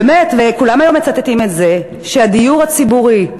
באמת, וכולם היום מצטטים את זה, שבדיור הציבורי,